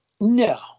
No